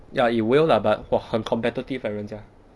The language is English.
ya it will lah but !wah! 很 competitive leh 人家